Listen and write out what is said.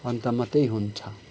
अन्त मात्रै हुन्छ